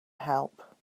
help